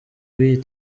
w’iyi